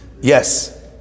yes